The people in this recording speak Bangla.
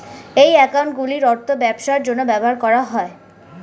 এই অ্যাকাউন্টগুলির অর্থ ব্যবসার জন্য ব্যবহার করা হয়